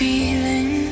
feeling